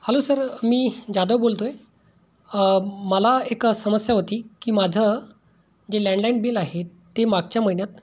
hello sir मी जाधव बोलतो आहे मला एक समस्या होती की माझं जे लँडलाईन बिल आहे ते मागच्या महिन्यात